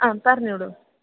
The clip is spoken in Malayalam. ആ പറഞ്ഞോളൂ